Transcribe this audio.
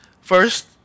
First